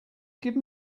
give